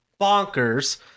bonkers